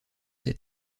ses